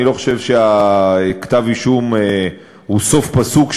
אני לא חושב שכתב-אישום הוא סוף פסוק,